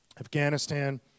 Afghanistan